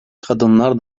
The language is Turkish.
kadınlar